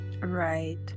Right